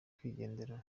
kwigendera